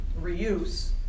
reuse